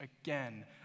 again